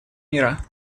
мира